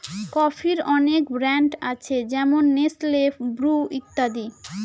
কফির অনেক ব্র্যান্ড আছে যেমন নেসলে, ব্রু ইত্যাদি